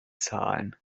zahlen